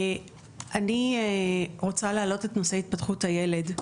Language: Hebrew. אני רוצה להעלות את נשוא התפתחות הילד.